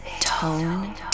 Tone